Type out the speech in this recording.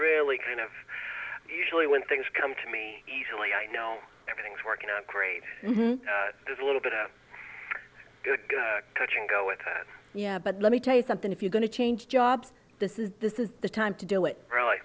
really kind of usually when things come to me easily i know everything's working out great there's a little bit of a good touch and go with that yeah but let me tell you something if you're going to change jobs this is this is the time to do it really